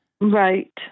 Right